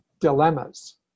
dilemmas